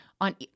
on